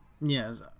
Yes